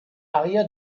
aria